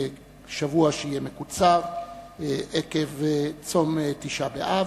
שבוע שיהיה מקוצר עקב צום תשעה באב,